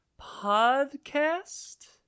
podcast